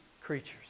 creatures